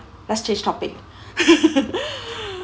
let's change topic